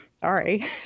Sorry